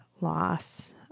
loss